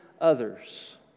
others